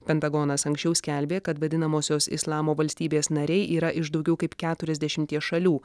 pentagonas anksčiau skelbė kad vadinamosios islamo valstybės nariai yra iš daugiau kaip keturiasdešimties šalių